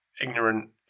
ignorant